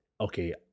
okay